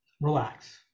Relax